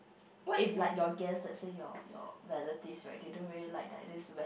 what if like your guest let's say your your relative right they don't really like like this west